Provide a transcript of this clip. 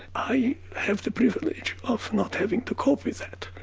i have the privilege of not having to cope with that,